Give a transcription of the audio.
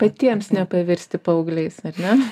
patiems nepavirsti paaugliais ar ne